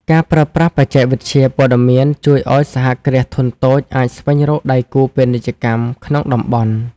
ការប្រើប្រាស់បច្ចេកវិទ្យាព័ត៌មានជួយឱ្យសហគ្រាសធុនតូចអាចស្វែងរកដៃគូពាណិជ្ជកម្មក្នុងតំបន់។